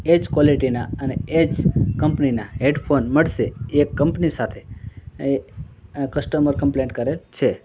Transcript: એ જ ક્વોલિટીના અને એ જ કંપનીના હેડફોન મળશે એ કંપની સાથે એ અં કસ્ટમર કમ્પલેન કરેલી છે